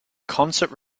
concert